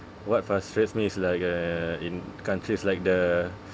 what frustrates me is like uh in countries like the